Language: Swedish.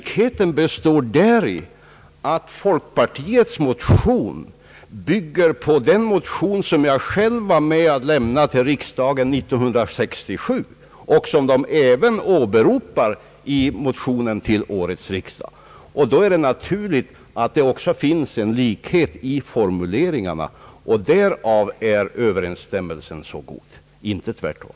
Likheten består däri, att folkpartiets motion bygger på den motion som jag själv var med om att lämna till riksdagen 1967 och som motionärerna även åberopar i sin motion till årets riksdag. Då är det naturligt att det också finns en likhet i formuleringarna. Därav är överensstämmelsen så god, inte tvärtom.